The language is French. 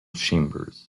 chambers